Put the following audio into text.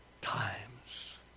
times